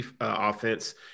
offense